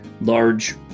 large